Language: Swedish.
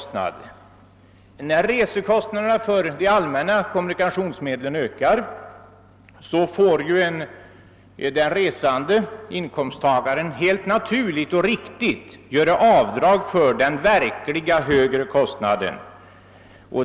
När kostnaderna för resor med de allmänna kommunikationsmedlen ökar får ju den resande inkomsttagaren — helt natur ligt och riktigt — göra avdrag för den verkliga högre kostnaden.